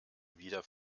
wieder